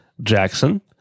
Jackson